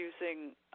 using